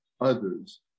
others